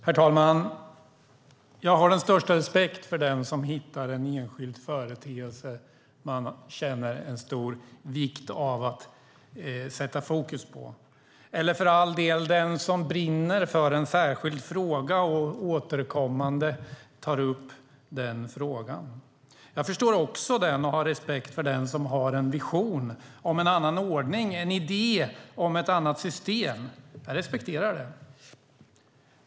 Herr talman! Jag har den största respekt för den som hittar en enskild företeelse som man känner en stor vikt av att sätta fokus på, eller för all del för den som brinner för en särskild fråga och återkommande tar upp den frågan. Jag förstår också den och har respekt för den som har en vision om en annan ordning och en idé om ett annat system. Jag respekterar det.